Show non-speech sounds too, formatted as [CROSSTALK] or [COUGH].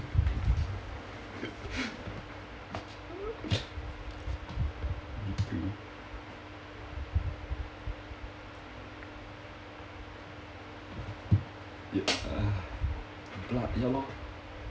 [LAUGHS] blu~ ya lor